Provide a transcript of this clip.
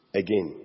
again